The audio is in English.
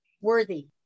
worthy